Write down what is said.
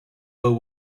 but